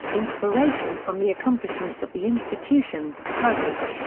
inspiration from the accomplishments of the institution, purpose,